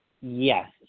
Yes